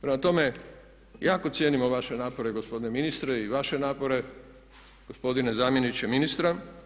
Prema tome, jako cijenimo vaše napore gospodine ministre i vaše napore gospodine zamjeniče ministra.